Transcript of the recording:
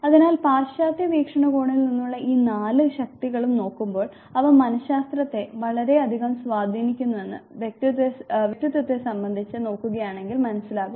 അതിനാൽ പാശ്ചാത്യ വീക്ഷണകോണിൽ നിന്നുള്ള ഈ നാല് ശക്തികളും നോക്കുമ്പോൾ അവ മനശാസ്ത്രത്തെ വളരെയധികം സ്വാധീനിക്കുന്നുവെന്ന് വ്യക്തിത്വത്തെ സംബന്ധിച്ച് നോക്കുകയാണെങ്കിൽ മനസ്സിലാകും